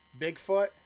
Bigfoot